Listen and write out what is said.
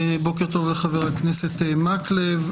בוקר טוב לחבר הכנסת מקלב,